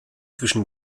zwischen